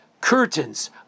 curtains